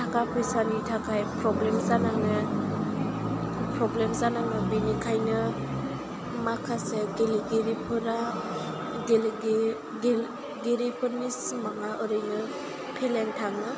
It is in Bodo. थाखा फैसानि थाखाय प्रबलेम जानाङो बेनिखायनो माखासे गेलेगिरिफोरा गेलेगिरिफोरनि सिमाङा ओरैनो फेलें थाङो